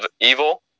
evil